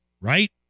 right